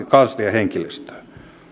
kansliahenkilöstöäkin